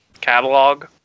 catalog